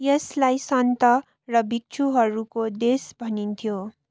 यसलाई सन्त र भिक्षुहरूको देश भनिन्थ्यो